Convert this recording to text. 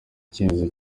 icyemezo